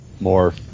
more